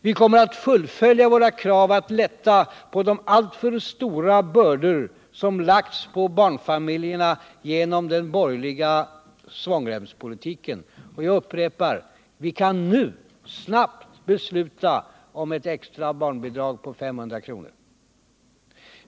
Vi kommer att fullfölja våra krav att lätta på de alltför stora bördor som lagts på barnfamiljerna genom den borgerliga svångremspolitiken. Jag upprepar: Riksdagen kan nu snabbt besluta om ett extra barnbidrag på 500 kr.